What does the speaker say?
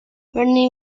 bernie